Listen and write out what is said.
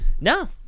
No